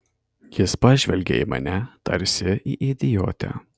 jis pažvelgė į mane tarsi į idiotę